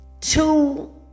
two